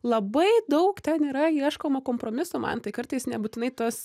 labai daug ten yra ieškoma kompromisų mantai kartais nebūtinai tas